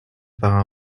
par